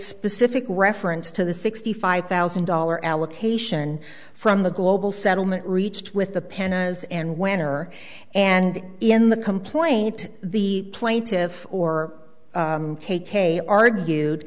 specific reference to the sixty five thousand dollar allocation from the global settlement reached with the pena's and winner and in the complaint the plaintive or k k argued